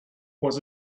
was